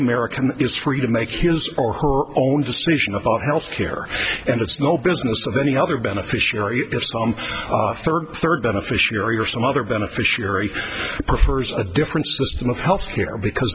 american is free to make his or her own decision about health care and it's no business of any other beneficiary if some third third beneficiary or some other beneficiary prefers a different system of health care because